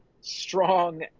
strong